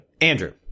Andrew